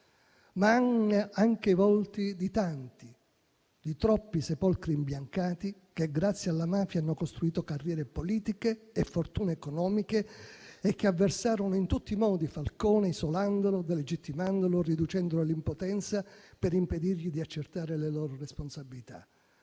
ma anche i volti di tanti, di troppi sepolcri imbiancati che, grazie alla mafia, hanno costruito carriere politiche e fortune economiche e che avversarono in tutti i modi Falcone, isolandolo, delegittimandolo, riducendolo all'impotenza per impedirgli di accertare le loro responsabilità.